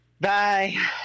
Bye